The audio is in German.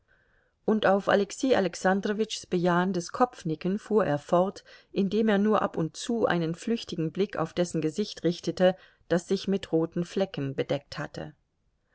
und auf alexei alexandrowitschs bejahendes kopfnicken fuhr er fort indem er nur ab und zu einen flüchtigen blick auf dessen gesicht richtete das sich mit roten flecken bedeckt hatte